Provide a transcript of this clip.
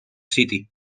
city